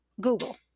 google